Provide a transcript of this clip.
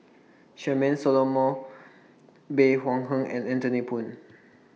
Charmaine Solomon Bey Hua Heng and Anthony Poon